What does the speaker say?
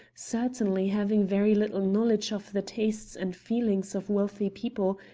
certainly having very little knowledge of the tastes and feelings of wealthy people,